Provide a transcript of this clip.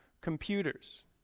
computers